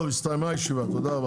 טוב, הסתיימה הישיבה, תודה רבה.